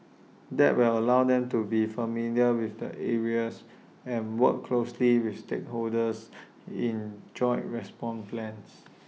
that will allow them to be familiar with the areas and work closely with stakeholders in joint response plans